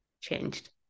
changed